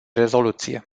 rezoluție